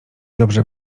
dobrze